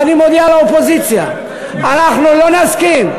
ואני מודיע לאופוזיציה: אנחנו לא נסכים,